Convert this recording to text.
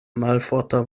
malforta